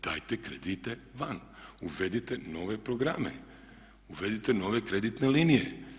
Dajte kredite van, uvedite nove programe, uvedite nove kreditne linije.